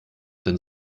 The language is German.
denn